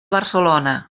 barcelona